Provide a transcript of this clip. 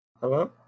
hello